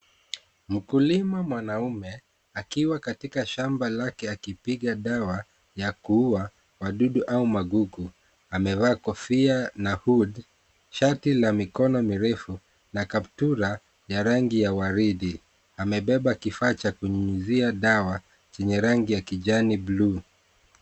Mkulima mwanamume akiwa katika shamba laki akipiga dawa la kuuwa wadudu au maguu. Amevaa kofia la hood , shati la mikono mirefu na kaptura ya rangi ya waridi. Amebeba kifaa cha kunyunyizia dawa chenye rangi ya kijani buluu.